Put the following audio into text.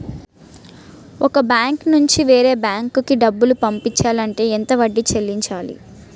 ఒక బ్యాంక్ నుంచి వేరే బ్యాంక్ కి డబ్బులు పంపించాలి అంటే ఎంత వడ్డీ చెల్లించాలి?